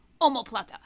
Omoplata